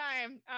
time